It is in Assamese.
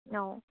ন